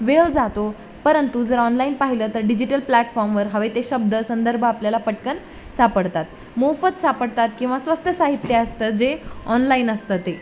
वेळ जातो परंतु जर ऑनलाईन पाहिलं तर डिजिटल प्लॅटफॉर्मवर हवे ते शब्द संदर्भ आपल्याला पटकन सापडतात मोफत सापडतात किंवा स्वस्त साहित्य असतं जे ऑनलाईन असतं ते